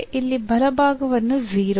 ಅಂದರೆ ಇಲ್ಲಿ ಬಲಭಾಗವನ್ನು 0